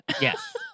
Yes